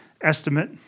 estimate